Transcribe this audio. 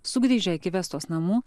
sugrįžę iki vestos namų